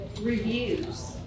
reviews